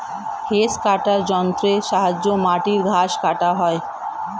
hedge কাটার যন্ত্রের সাহায্যে মাটির ঘাস কাটা হয়